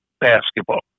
basketball